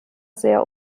sehr